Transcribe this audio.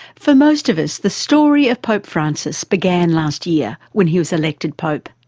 for most of us the story of pope francis began last year when he was elected pope.